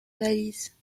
balise